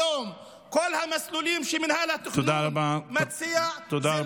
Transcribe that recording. היום כל המסלולים שמינהל התכנון מציע, תודה רבה.